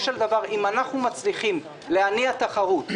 של דבר אם אנחנו מצליחים להניע תחרות,